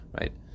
Right